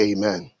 Amen